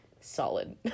solid